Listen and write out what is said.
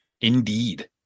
Indeed